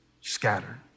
scattered